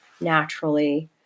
naturally